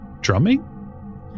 drumming